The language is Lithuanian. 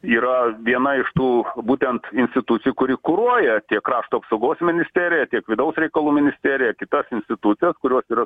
yra viena iš tų būtent institucijų kuri kuruoja tiek krašto apsaugos ministeriją tiek vidaus reikalų ministeriją kitas institucijas kurios yra